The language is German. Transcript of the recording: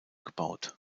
gebaut